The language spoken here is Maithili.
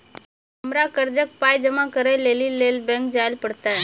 हमरा कर्जक पाय जमा करै लेली लेल बैंक जाए परतै?